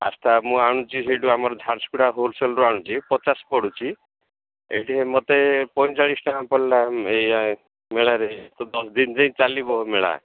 pasta ମୁଁ ଆଣୁଛି ସେଇଠୁ ଆମର ଝାରସପୁଡ଼ା ହୋଲସେଲରୁ ଆଣୁଛି ପଚାଶ ପଡ଼ୁଛି ଏଇଠି ମୋତେ ପଇଁଚାଳିଶ ଟଙ୍କା ପଡ଼ିଲା ଏଇ ମେଳାରେ ତ ଦଶ ଦିନ ଯାଏଁ ଚାଲିବ ମେଳା